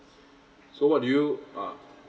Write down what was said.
so what do you uh